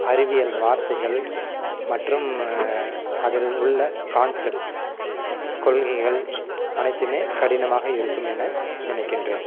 அறிவியல் வார்த்தைகள் மற்றும் அதில் உள்ள கான்சப்ட்ஸ் கொள்கைகள் அனைத்துமே கடினமாக இருக்கும் என நினைக்கின்றேன்